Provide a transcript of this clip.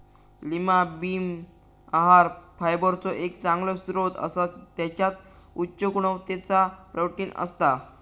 Lima bean आहार फायबरचो एक चांगलो स्त्रोत असा त्याच्यात उच्च गुणवत्तेचा प्रोटीन असता